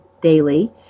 daily